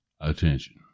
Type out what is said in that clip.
attention